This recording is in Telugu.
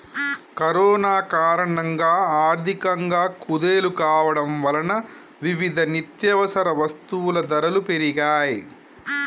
కరోనా కారణంగా ఆర్థికంగా కుదేలు కావడం వలన వివిధ నిత్యవసర వస్తువుల ధరలు పెరిగాయ్